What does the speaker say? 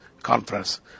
Conference